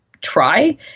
try